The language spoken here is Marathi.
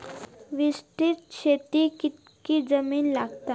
विस्तृत शेतीक कितकी जमीन लागतली?